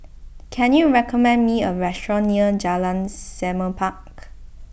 can you recommend me a restaurant near Jalan Semerbak